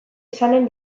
izanen